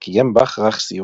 בקליפורניה.